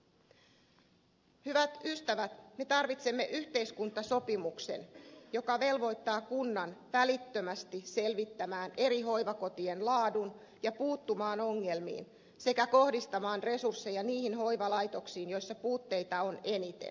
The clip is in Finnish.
hyvät ystävät me tarvitsemme yhteiskuntasopimuksen joka velvoittaa kunnan välittömästi selvittämään eri hoivakotien laadun ja puuttumaan ongelmiin sekä kohdistamaan resursseja niihin hoivalaitoksiin joissa puutteita on eniten